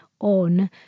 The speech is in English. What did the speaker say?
on